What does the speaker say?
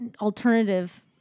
alternative